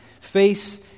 face